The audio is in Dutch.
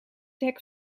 hek